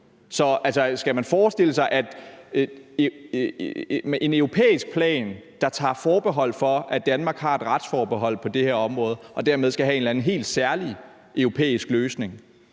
Så skal man forestille sig en europæisk plan, der tager forbehold for, at Danmark har et retsforbehold på det her område og dermed skal have en eller anden helt særlig europæisk løsning,